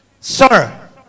Sir